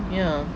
ya